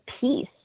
peace